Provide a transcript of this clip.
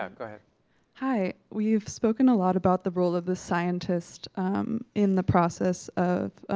ah go ahead. hi, we've spoken a lot about the role of the scientist in the process of